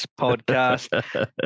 podcast